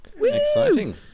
Exciting